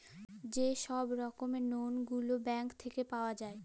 যে ছব রকমের লল গুলা ব্যাংক থ্যাইকে পাউয়া যায়